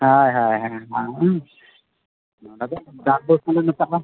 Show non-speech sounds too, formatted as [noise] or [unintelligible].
ᱦᱳᱭ ᱦᱳᱭ [unintelligible] ᱱᱚᱰᱮ ᱫᱚ ᱰᱟᱱᱰᱵᱚᱥ ᱦᱚᱸᱞᱮ ᱢᱮᱛᱟᱜᱼᱟ